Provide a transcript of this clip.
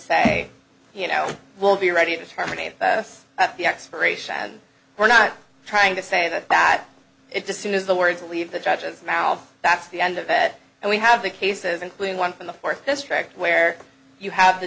say you know we'll be ready to terminate at the expiration and we're not trying to say that that it's a soon as the words leave the judge's mouth that's the end of it and we have the cases including one from the fourth district where you have the